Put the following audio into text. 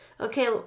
Okay